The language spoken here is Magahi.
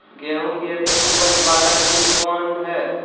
गेंहू की अधिक उपज बाला बीज कौन हैं?